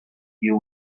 you